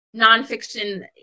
nonfiction